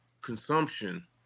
consumption